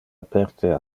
aperte